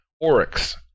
Oryx